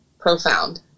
profound